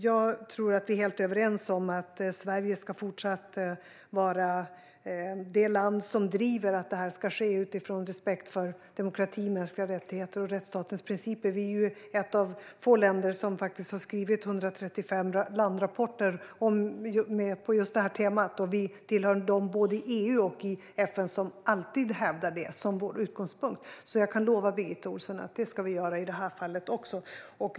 Jag tror att vi är helt överens om att Sverige ska fortsätta vara det land som driver att det här ska ske utifrån respekt för demokrati, mänskliga rättigheter och rättsstatens principer. Vi har skrivit 135 larmrapporter på detta tema och är ett av få länder som både i EU och i FN alltid hävdar det som utgångspunkt. Jag kan lova Birgitta Ohlsson att vi ska göra det också i det här fallet.